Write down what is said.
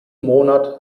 monat